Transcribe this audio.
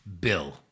Bill